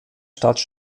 stadt